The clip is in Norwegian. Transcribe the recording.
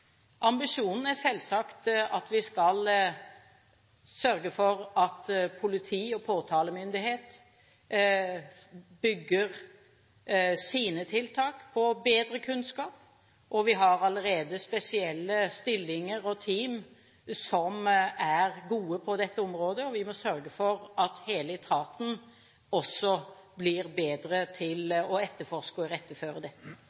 Ambisjonen er selvsagt at vi skal sørge for at politi og påtalemyndighet bygger sine tiltak på bedre kunnskap. Vi har allerede spesielle stillinger og team som er gode på dette området, og vi må sørge for at hele etaten også blir bedre